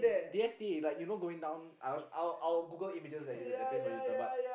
D_S_T like you know going down I was I'll I'll Google images that that place for you later but